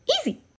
easy